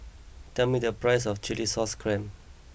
tell me the price of Chilli Sauce Clams